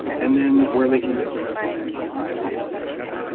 and then where they can get their results reviewed by a health professional.